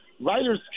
Writers